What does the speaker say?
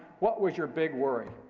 what was your big worry?